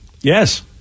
Yes